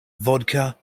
vodka